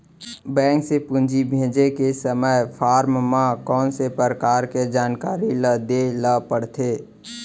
Bank से पूंजी भेजे के समय फॉर्म म कौन परकार के जानकारी ल दे ला पड़थे?